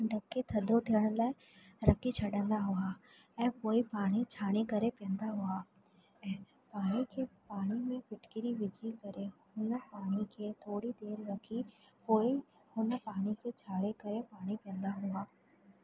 ढके थधो थियण लाइ रखी छॾंदा हुआ ऐं पोएं पाणी छाणे करे पीअंदा हुआ ऐं पाणी खे पाणी में फिटकरी विझी करे हुन पाणी खे थोरी देरि रखी पोएं हुन पाणी खे छाणे करे पाणी पीअंदा हुआ